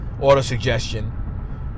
auto-suggestion